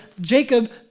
Jacob